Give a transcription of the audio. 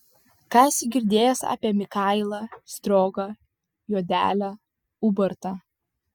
ką esi girdėjęs apie mikailą striogą juodelę ubartą